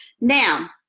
Now